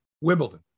Wimbledon